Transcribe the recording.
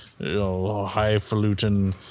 highfalutin